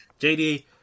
JD